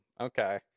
okay